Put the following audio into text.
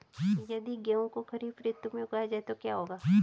यदि गेहूँ को खरीफ ऋतु में उगाया जाए तो क्या होगा?